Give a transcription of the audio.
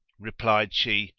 replied she,